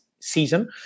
season